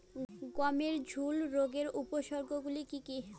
গমের ঝুল রোগের উপসর্গগুলি কী কী?